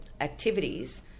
activities